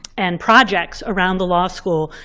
and projects around the law school.